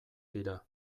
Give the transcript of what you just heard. dira